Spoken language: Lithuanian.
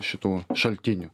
šitų šaltinių